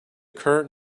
current